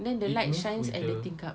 then the lights shines at the tingkap